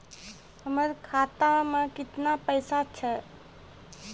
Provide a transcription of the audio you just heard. हमर खाता मैं केतना पैसा छह?